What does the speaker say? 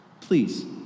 please